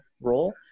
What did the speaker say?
role